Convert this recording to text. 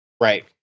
Right